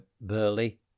Burley